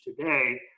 today